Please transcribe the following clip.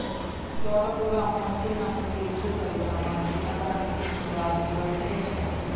తోటకూర అమ్మొస్తే నన్ను పిలువు కవితా, మా చిన్నదానికి గా కూరంటే ఇష్టం